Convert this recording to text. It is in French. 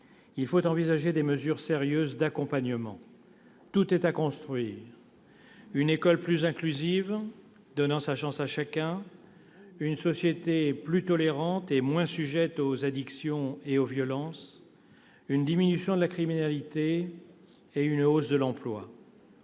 Il faut envisager des mesures sérieuses d'accompagnement. Tout est à construire : une école plus inclusive, donnant sa chance à chacun ; une société plus tolérante et moins sujette aux addictions et aux violences ; une diminution de la criminalité ; enfin, une hausse de l'emploi.